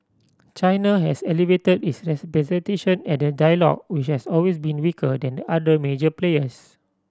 China has elevated its representation at the dialogue which has always been weaker than the other major players